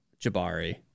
Jabari